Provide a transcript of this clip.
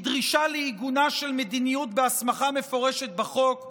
מדרישה לעיגונה של מדיניות בהסמכה מפורשת בחוק,